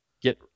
Get